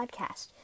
podcast